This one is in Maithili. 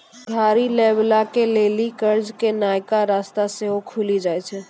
उधारी लै बाला के लेली कर्जा के नयका रस्ता सेहो खुलि जाय छै